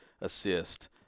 assist